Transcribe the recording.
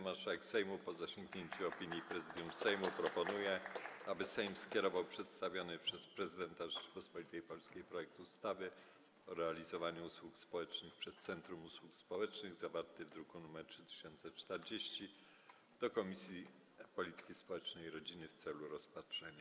Marszałek Sejmu, po zasięgnięciu opinii Prezydium Sejmu, proponuje, aby Sejm skierował przedstawiony przez prezydenta Rzeczypospolitej Polskiej projekt ustawy o realizowaniu usług społecznych przez centrum usług społecznych zawarty w druku nr 3040 do Komisji Polityki Społecznej i Rodziny w celu rozpatrzenia.